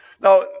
Now